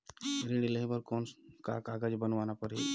ऋण लेहे बर कौन का कागज बनवाना परही?